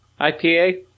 IPA